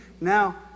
Now